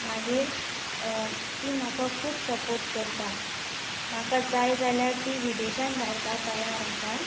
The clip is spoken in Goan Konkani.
मागीर ती म्हाका खूब सपोर्ट करता म्हाका जाय जाल्यार ती विदेशांत धाडपा तयार आसा